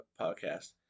podcast